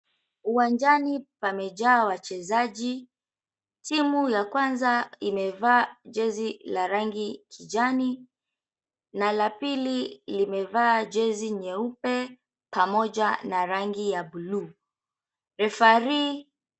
Uwanjani pamejaa wachezaji. Timu ya kwanza imevaa jezi la rangi ya kijani na la pili limevaa jezi nyeupe pamoja na rangi ya buluu, referee .